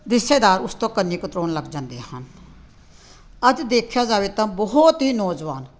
ਰਿਸ਼ਤੇਦਾਰ ਉਸ ਤੋਂ ਕੰਨੀ ਕਤਰਾਉਣ ਲੱਗ ਜਾਂਦੇ ਹਨ ਅੱਜ ਦੇਖਿਆ ਜਾਵੇ ਤਾਂ ਬਹੁਤ ਹੀ ਨੌਜਵਾਨ